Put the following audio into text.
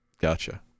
Gotcha